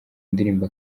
ndirimbo